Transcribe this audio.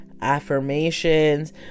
affirmations